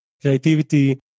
Creativity